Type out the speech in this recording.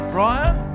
Brian